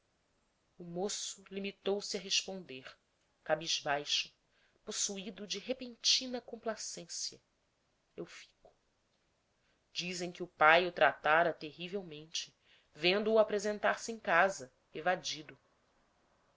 o moço limitou-se a responder cabisbaixo possuído de repentina complacência eu fico dizem que o pai o tratava terrivelmente vendo-o apresentar-se em casa evadido